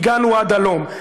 הגענו עד הלום.